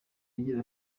agira